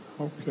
Okay